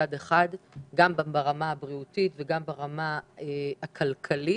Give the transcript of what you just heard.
גם ברמה הבריאותית וגם ברמה הכלכלית.